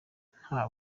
nta